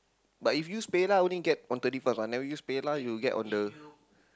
but if use PayLah only get one thirty first ah never use PayLah you get on the